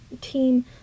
team